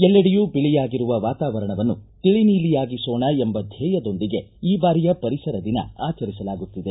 ಎಲ್ಲೆಡೆಯೂ ಬಿಳಿಯಾಗಿರುವ ವಾತಾವರಣನ್ನು ತಿಳಿ ನೀಲಿಯಾಗಿಸೋಣ ಎಂಬ ಧ್ಯೇಯದೊಂದಿಗೆ ಈ ಬಾರಿಯ ಪರಿಸರ ದಿನ ಆಚರಿಸಲಾಗುತ್ತಿದೆ